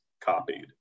copied